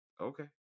Okay